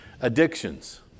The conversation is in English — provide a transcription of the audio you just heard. Addictions